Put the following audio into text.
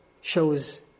shows